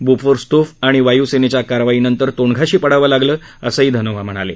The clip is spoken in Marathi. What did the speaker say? बोफोर्स तोफ आणि वायुसेनेच्या कारवाई नंतर तोंडघशी पडावं लागलं असंही धनोआ म्हणाले